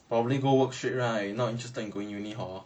probably go work straight right not interested in going uni hor